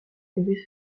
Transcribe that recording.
devaient